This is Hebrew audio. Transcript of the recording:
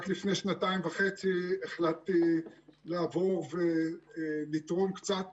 רק לפני שנתיים וחצי החלטתי לעבור ולתרום קצת